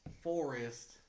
forest